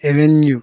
venue